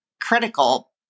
critical